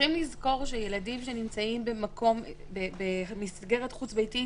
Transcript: צריכים לזכור שילדים שנמצאים במסגרת חוץ-ביתית